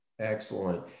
Excellent